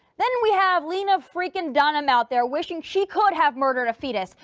then we have lena freakin' dunham out there wishing she could have murdered a fetus.